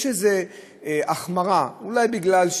יש איזו החמרה, אולי בגלל,